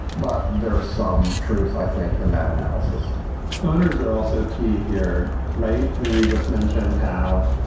but there's some truth, i think, in that analysis owners are also key here, right? i mean, we just mentioned how,